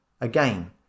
again